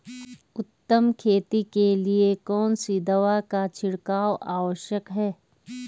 उत्तम खेती के लिए कौन सी दवा का छिड़काव आवश्यक है?